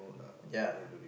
ya